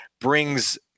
brings